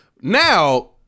Now